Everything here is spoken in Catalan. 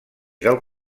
del